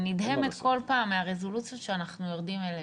אני נדהמת כל פעם מהרזולוציות שאנחנו יורדים אליהן.